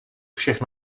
všech